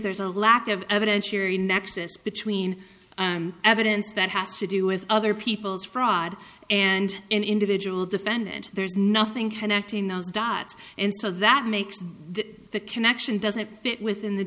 there's a lack of evidence here a nexus between evidence that has to do with other people's fraud and an individual defendant there's nothing connecting those dots and so that makes the connection doesn't fit within the